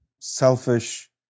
selfish